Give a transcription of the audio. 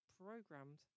programmed